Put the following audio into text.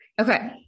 Okay